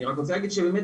אני רק רוצה להגיד שבאמת